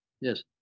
Yes